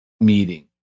meeting